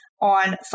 on